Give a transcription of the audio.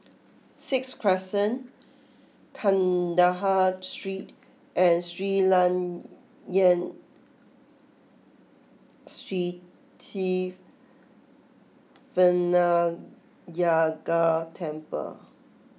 Sixth Crescent Kandahar Street and Sri Layan Sithi Vinayagar Temple